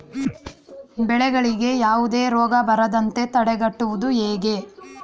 ಬೆಳೆಗಳಿಗೆ ಯಾವುದೇ ರೋಗ ಬರದಂತೆ ತಡೆಗಟ್ಟುವುದು ಹೇಗೆ?